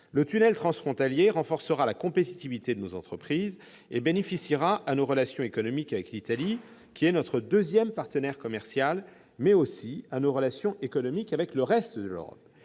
Le tunnel transfrontalier renforcera la compétitivité de nos entreprises et bénéficiera à nos relations économiques avec l'Italie, qui est notre deuxième partenaire commercial, mais aussi à nos relations économiques avec le reste de l'Europe.